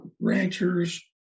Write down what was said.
ranchers